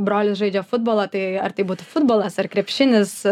brolis žaidžia futbolą tai ar tai būtų futbolas ar krepšinis